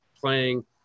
playing